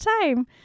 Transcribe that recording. time